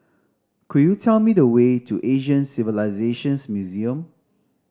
could you tell me the way to Asian Civilisations Museum